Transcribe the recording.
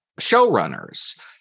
showrunners